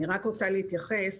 אני רוצה להתייחס